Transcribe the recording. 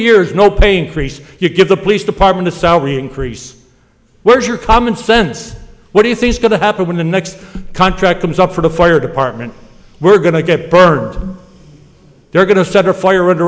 years no pain crease you give the police department a salary increase where's your common sense what do you think's going to happen when the next contract comes up for the fire department we're going to get burned they're going to set a fire and